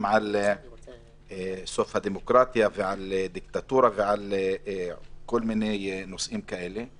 על סוף הדמוקרטיה ועל דיקטטורה ועל כל מיני נושאים כאלה.